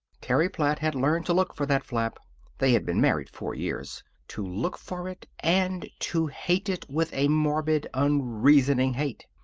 terry platt had learned to look for that flap they had been married four years to look for it, and to hate it with a morbid, unreasoning hate.